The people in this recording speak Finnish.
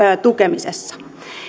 tukemisessa